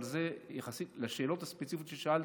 אבל יחסית לשאלות הספציפיות ששאלת,